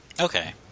Okay